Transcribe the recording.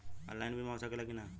Online बीमा हो सकेला की ना?